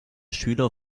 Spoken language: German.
schüler